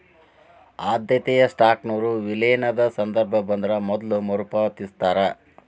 ಆದ್ಯತೆಯ ಸ್ಟಾಕ್ನೊರ ವಿಲೇನದ ಸಂದರ್ಭ ಬಂದ್ರ ಮೊದ್ಲ ಮರುಪಾವತಿಸ್ತಾರ